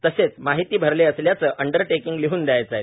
तसेच माहिती भरली असल्याचे अंडरटेकींग लिहन द्यायचे आहे